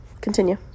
continue